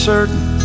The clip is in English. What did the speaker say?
certain